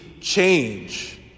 change